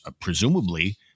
presumably